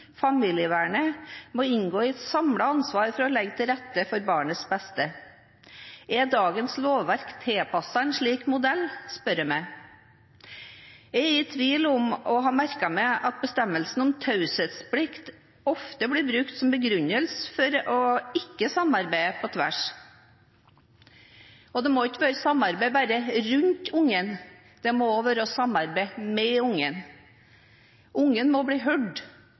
familievernet må ha et samlet ansvar for å legge til rette for barnets beste. Er dagens lovverk tilpasset en slik modell, spør jeg meg. Jeg er i tvil om, og har merket meg, at bestemmelsen om taushetsplikt ofte blir brukt som begrunnelse for ikke å samarbeide på tvers. Og det må ikke bare være samarbeid rundt ungen. Det må også være samarbeid med ungen. Ungen må bli hørt.